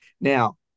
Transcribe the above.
Now